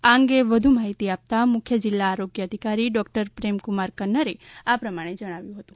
આ અંગે વધુ માહિતી આપતા મુખ્ય જિલ્લા આરોગ્ય અધિકારી ડોકટર પ્રેમકુમાર કન્નરે આ પ્રમાણે જણાવ્યું હતું